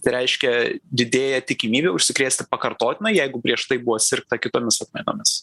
tai reiškia didėja tikimybė užsikrėsti pakartotinai jeigu prieš tai buvo sirgta kitomis atmainomis